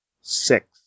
six